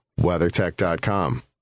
WeatherTech.com